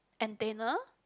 antenna